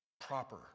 proper